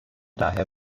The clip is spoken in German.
daher